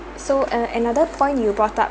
so uh another point you brought up